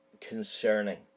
concerning